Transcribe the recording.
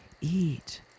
eat